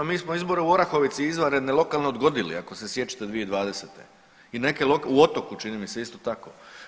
Mi smo izbore u Orahovici izvanredne, lokalne odgodili ako se sjećate 2020. i neke u Otoku čini mi se isto tako.